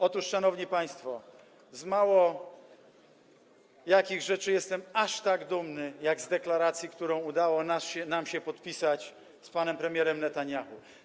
Otóż, szanowni państwo, z mało których rzeczy jestem aż tak dumny, jak z deklaracji, którą udało nam się podpisać z panem premierem Netanjahu.